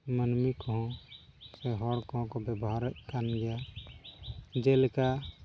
ᱢᱟᱹᱱᱢᱤ ᱠᱚ ᱥᱮ ᱦᱚᱲ ᱠᱚᱦᱚᱸ ᱠᱚ ᱵᱮᱵᱚᱦᱟᱨᱮᱫ ᱠᱟᱱ ᱜᱮᱭᱟ ᱡᱮᱞᱮᱠᱟ